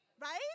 Right